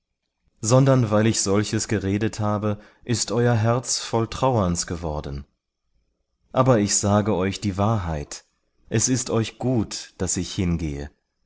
sondern weil ich solches geredet habe ist euer herz voll trauerns geworden aber ich sage euch die wahrheit es ist euch gut daß ich hingehe